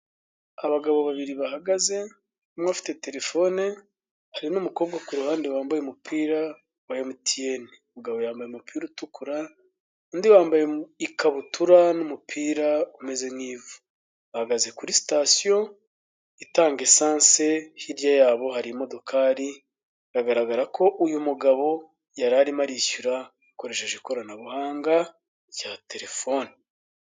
Abagabo babiri bahagaze umwe ufite terefone, hari umukobwa kuruhande wambaye umupira wa MTN, umugabo yambaye umupira utukura, undi wambaye ikabutura n'umupira umeze nk'ivu, bahagaze kuri sitasiyo itanga esansi, hirya yabo hari imodokari biragaragara ko uyu mugabo yari arimo arishyura akoresheje ikoranabuhanga rya Terefone.